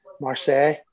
Marseille